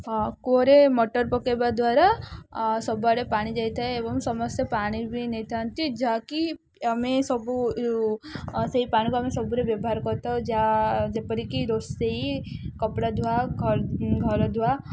କୂଅରେ ମୋଟର୍ ପକେଇବା ଦ୍ୱାରା ସବୁଆଡ଼େ ପାଣି ଯାଇଥାଏ ଏବଂ ସମସ୍ତେ ପାଣି ବି ନେଇଥାନ୍ତି ଯାହାକି ଆମେ ସବୁ ସେଇ ପାଣିକୁ ଆମେ ସବୁରେ ବ୍ୟବହାର କରିଥାଉ ଯାହା ଯେପରିକି ରୋଷେଇ କପଡ଼ା ଧୁଆ ଘରଧୁଆ